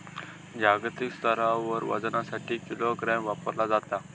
जागतिक स्तरावर वजनासाठी किलोग्राम वापरला जाता